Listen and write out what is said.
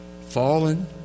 fallen